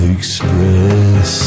Express